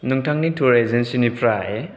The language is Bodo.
नोंथांनि टुर एजेनसिनिफ्राय